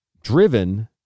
driven